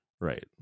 Right